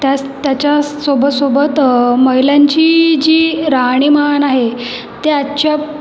त्यास त्याच्यासोबत सोबत महिलांची जी राहणीमान आहे त्याच्या